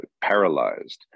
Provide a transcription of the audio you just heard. paralyzed